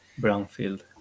brownfield